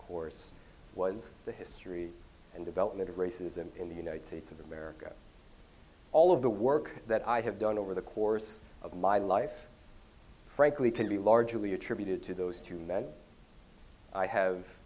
course was the history and development of racism in the united states of america all of the work that i have done over the course of my life frankly can be largely attributed to those two men i